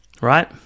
right